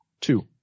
Two